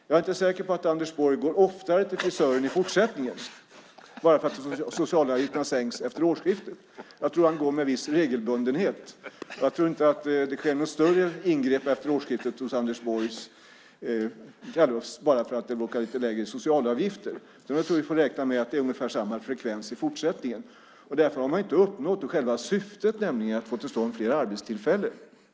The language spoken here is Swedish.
Jag är inte säker på att Anders Borg går oftare till frisören i fortsättningen bara för att socialavgifterna sänks efter årsskiftet. Jag tror att han går med viss regelbundenhet. Jag tror inte att det sker några större ingrepp i Anders Borgs kalufs efter årsskiftet bara för att socialavgifterna är lägre. Jag tror att vi får räkna med ungefär samma frekvens i fortsättningen. Som det exemplet visar har man ju inte uppnått själva syftet, nämligen att få till stånd fler arbetstillfällen.